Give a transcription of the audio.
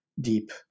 deep